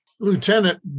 lieutenant